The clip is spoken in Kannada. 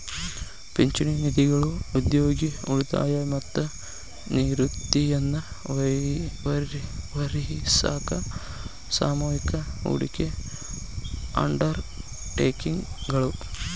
ಪಿಂಚಣಿ ನಿಧಿಗಳು ಉದ್ಯೋಗಿ ಉಳಿತಾಯ ಮತ್ತ ನಿವೃತ್ತಿಯನ್ನ ನಿರ್ವಹಿಸಾಕ ಸಾಮೂಹಿಕ ಹೂಡಿಕೆ ಅಂಡರ್ ಟೇಕಿಂಗ್ ಗಳು